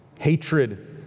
hatred